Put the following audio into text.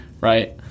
right